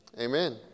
amen